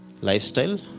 lifestyle